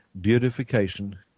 beautification